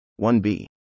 1b